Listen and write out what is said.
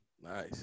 Nice